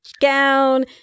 gown